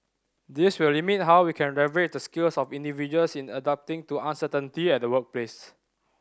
this will limit how we can leverage the skills of individuals in adapting to uncertainty at the workplace